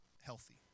healthy